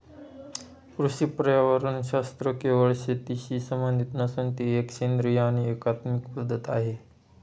कृषी पर्यावरणशास्त्र केवळ शेतीशी संबंधित नसून ती एक सेंद्रिय आणि एकात्मिक पद्धत आहे